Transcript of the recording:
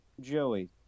Joey